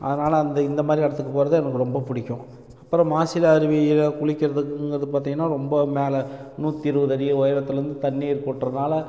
அதனால் அந்த இந்த மாதிரி இடத்துக்கு போகிறது எனக்கு ரொம்ப பிடிக்கும் அப்பறம் மாசிலா அருவியில் குளிக்கிறதுங்கிறது பார்த்தீங்கன்னா ரொம்ப மேலே நூற்றி இருபது அடி உயரத்திலேருந்து தண்ணீர் கொட்டுறனால